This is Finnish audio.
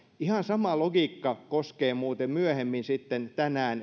ihan sama logiikka koskee muuten myöhemmin tänään